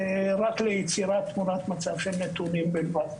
רק ליצירת תמונת מצב של נתונים בלבד.